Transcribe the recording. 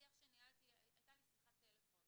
הייתה לי שיחת טלפון